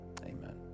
Amen